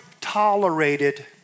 tolerated